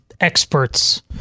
experts